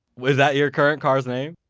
is that your current car's name?